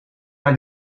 bij